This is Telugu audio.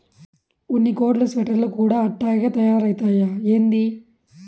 ఉన్ని కోట్లు స్వెటర్లు కూడా అట్టాగే తయారైతయ్యా ఏంది